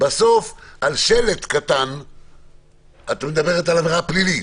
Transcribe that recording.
בסוף על שלט קטן את מדברת על עבירה פלילית.